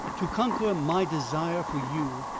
to conquer my desire for you,